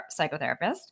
psychotherapist